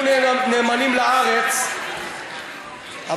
תהיו נאמנים לארץ,